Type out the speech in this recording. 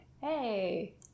Hey